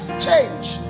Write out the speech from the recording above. change